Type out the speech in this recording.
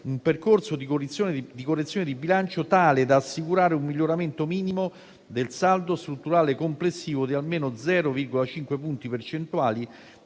un percorso di correzione di bilancio tale da assicurare un miglioramento minimo del saldo strutturale complessivo di almeno 0,5 punti percentuali